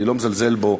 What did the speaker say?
אני לא מזלזל בו,